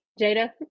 Jada